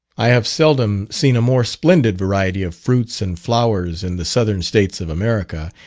i have seldom seen a more splendid variety of fruits and flowers in the southern states of america,